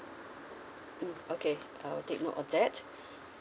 mm okay I'll take note of that